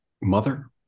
mother